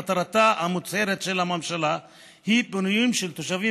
מטרתה המוצהרת של הממשלה היא פינוים של תושבים